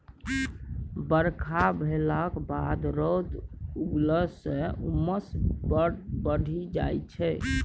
बरखा भेलाक बाद रौद उगलाँ सँ उम्मस बड़ बढ़ि जाइ छै